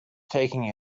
taking